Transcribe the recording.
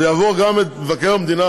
זה יעבור גם את מבקר המדינה,